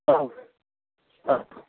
औ